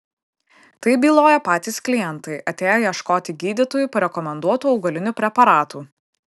tai byloja patys klientai atėję ieškoti gydytojų parekomenduotų augalinių preparatų